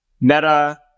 Meta